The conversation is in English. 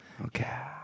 Okay